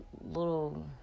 little